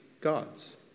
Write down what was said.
gods